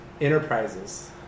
Enterprises